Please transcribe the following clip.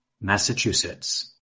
Massachusetts